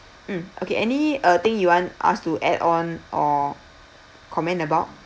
mm okay any uh thing you want us to add on or comment about